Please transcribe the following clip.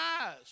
eyes